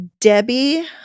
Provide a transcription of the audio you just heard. Debbie